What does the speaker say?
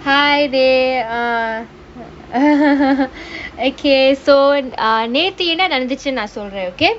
hi they err okay so நேத்து என்ன நடந்துச்சினு நான் சொல்றேன்:nethu enna nadanthuchchinu naan solraen okay